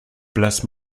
place